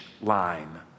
line